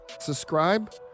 Subscribe